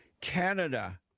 Canada